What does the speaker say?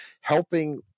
helping